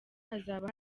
hazaba